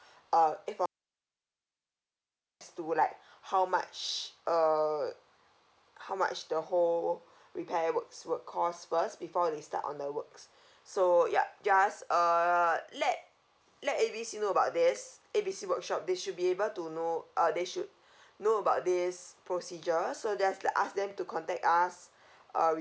uh eh from to like how much uh how much the whole repair works would cause first before they start on the works so yup just uh let let A B C know about this A B C workshop they should be able to know uh they should know about this procedures so just like ask them to contact us uh